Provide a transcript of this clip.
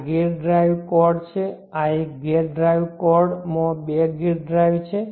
આ gate drive cord છે એક ગેટ ડ્રાઇવ કોર્ડ માં 2 ગેટ ડ્રાઇવ છે